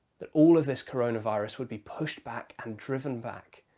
that all of this coronavirus would be pushed back and driven back.